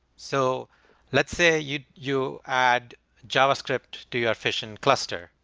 so let's say you you add javascript to your fission cluster,